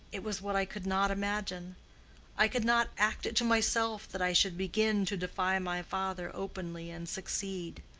it was what i could not imagine i could not act it to myself that i should begin to defy my father openly and succeed.